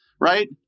Right